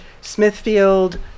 smithfield